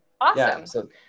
awesome